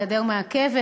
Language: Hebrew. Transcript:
הגדר מעכבת,